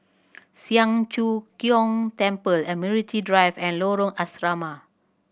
Siang Cho Keong Temple Admiralty Drive and Lorong Asrama